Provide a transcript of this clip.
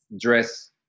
dress